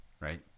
right